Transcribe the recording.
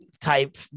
type